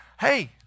hey